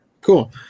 cool